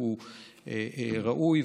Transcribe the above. הוא ראוי,